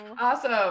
Awesome